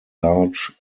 large